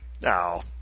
no